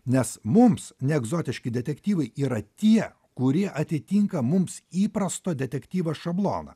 nes mums neegzotiški detektyvai yra tie kurie atitinka mums įprasto detektyvo šabloną